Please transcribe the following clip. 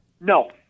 No